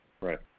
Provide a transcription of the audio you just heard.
Right